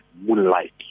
moonlight